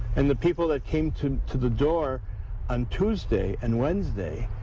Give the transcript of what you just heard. and the people that came to to the door on tuesday and wednesday,